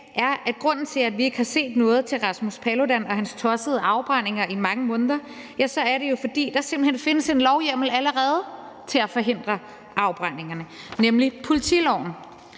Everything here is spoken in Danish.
er, at grunden til, at vi ikke har set noget til Rasmus Paludan og hans tossede afbrændinger i mange måneder, jo er, at der simpelt hen allerede findes en lovhjemmel til at forhindre afbrændingerne, nemlig i politiloven,